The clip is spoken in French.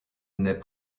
nait